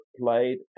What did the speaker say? played